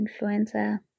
influencer